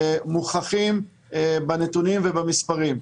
מוכחים בנתונים ובמספרים.